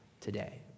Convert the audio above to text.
today